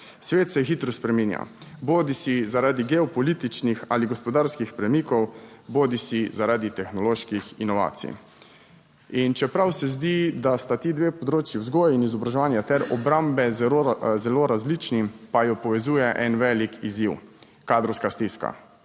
Svet se hitro spreminja, bodisi zaradi geopolitičnih ali gospodarskih premikov bodisi zaradi tehnoloških inovacij. In čeprav se zdi, da sta ti dve področji vzgoje in izobraževanja ter obrambe zelo, zelo različni, pa jo povezuje en velik izziv, kadrovska stiska.